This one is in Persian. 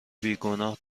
بیگناه